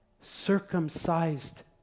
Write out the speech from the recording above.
circumcised